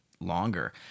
Longer